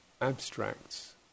abstracts